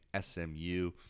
SMU